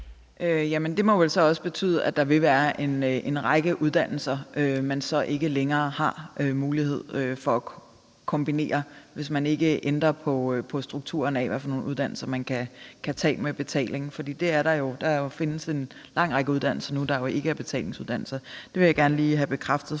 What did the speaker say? vel så også betyde, at der vil være en række uddannelser, man så ikke længere har mulighed for at kombinere, hvis vi ikke ændrer på strukturen af, hvilke uddannelser man kan tage med betaling. For der findes en lang række uddannelser nu, der jo ikke er betalingsuddannelser. Det vil jeg gerne lige have bekræftet